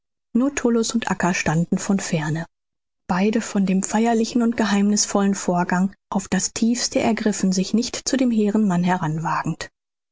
tullus und acca standen von ferne beide von dem feierlichen und geheimnißvollen vorgang auf das tiefste ergriffen sich nicht zu dem hehren